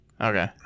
Okay